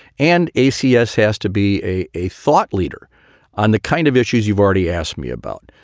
and acsu has to be a a thought leader on the kind of issues you've already asked me about,